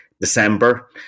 December